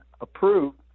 approved